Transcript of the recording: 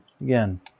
Again